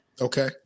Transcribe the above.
Okay